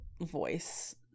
voice